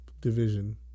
division